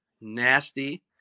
nasty